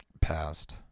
passed